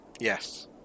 Yes